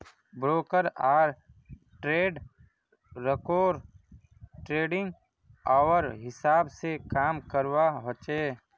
broker आर ट्रेडररोक trading hour हिसाब से काम करवा होचे